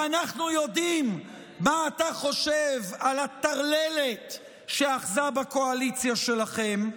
ואנחנו יודעים מה אתה חושב על הטרללת שאחזה בקואליציה שלכם,